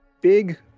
big